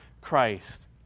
Christ